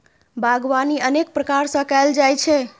बागवानी अनेक प्रकार सं कैल जाइ छै